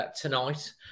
tonight